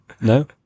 No